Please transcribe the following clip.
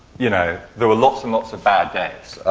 you know, there were lots and lots of bad days.